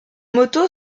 moto